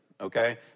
Okay